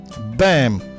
Bam